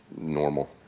normal